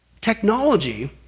technology